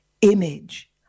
image